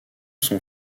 son